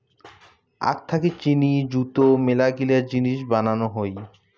আখ থাকি চিনি যুত মেলাগিলা জিনিস বানানো হই